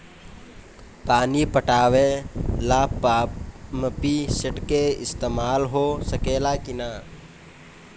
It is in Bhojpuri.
पानी पटावे ल पामपी सेट के ईसतमाल हो सकेला कि ना?